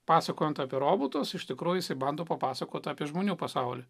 pasakojant apie robotus iš tikrųjų jisai bando papasakot apie žmonių pasaulį